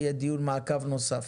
יהיה דיון מעקב נוסף,